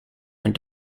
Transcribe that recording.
and